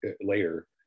later